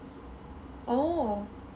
oh